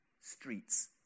streets